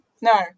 No